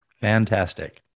fantastic